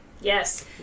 Yes